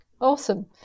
Awesome